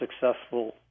successful